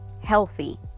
Healthy